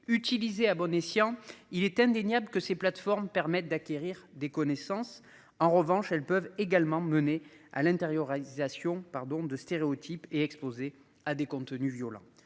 utilisés à bon escient. Il est indéniable que ces plateformes permettent d'acquérir des connaissances en revanche, elles peuvent également mener à l'intériorisation pardon de stéréotypes et exposé à des contenus violents.